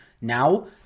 Now